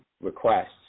requests